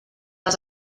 les